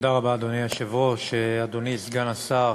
אדוני היושב-ראש, תודה רבה, אדוני סגן השר,